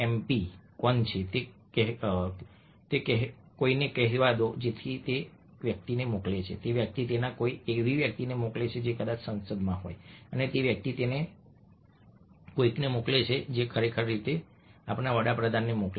P કોણ છે તે કોઈને કહેવા દો તેથી તે તેને તે વ્યક્તિને મોકલે છે તે વ્યક્તિ તેને કોઈ એવી વ્યક્તિને મોકલે છે જે કદાચ સંસદમાં હોય અને તે વ્યક્તિ તેને કોઈકને મોકલે છે જે ખરેખર કરી શકે છે તે આપણા વડા પ્રધાનને મોકલે છે